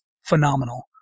phenomenal